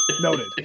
noted